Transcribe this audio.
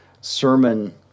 sermon